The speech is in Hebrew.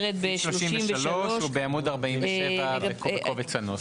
נמצא בעמוד 47 בקובץ הנוסח.